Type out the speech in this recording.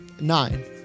Nine